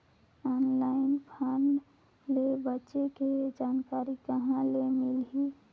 Online fraud ले बचे के जानकारी कहां ले मिलही?